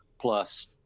plus